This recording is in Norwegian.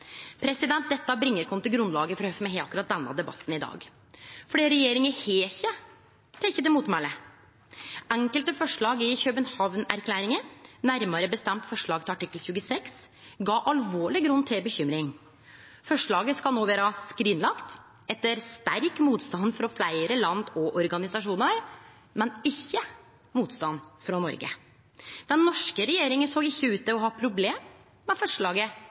oss til grunnlaget for debatten i dag. For regjeringa har ikkje teke til motmæle. Enkelte forslag i København-erklæringa, nærmare bestemt forslag til artikkel 26, gav alvorleg grunn til bekymring. Forslaget skal no vere skrinlagt etter sterk motstand frå fleire land og organisasjonar, men ikkje frå Noreg. Den norske regjeringa såg ikkje ut til å ha problem med forslaget